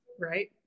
Right